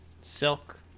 silk